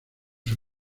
sus